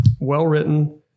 well-written